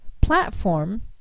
platform